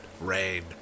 rain